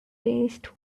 raised